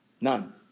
none